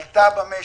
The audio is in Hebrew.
עלתה במשק.